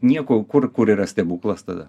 nieko kur kur yra stebuklas tada